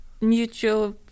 mutual